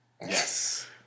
Yes